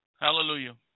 hallelujah